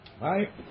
Right